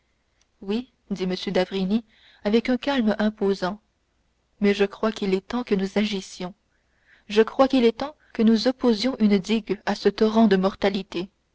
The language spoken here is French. oui dit m d'avrigny avec un calme imposant mais je crois qu'il est temps que nous agissions je crois qu'il est temps que nous opposions une digue à ce torrent de mortalité